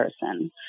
person